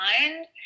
mind